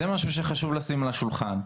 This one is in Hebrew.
זה משהו שחשוב לשים על השולחן.